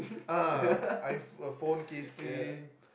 ah iPhone casing